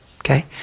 okay